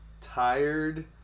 tired